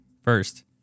First